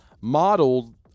modeled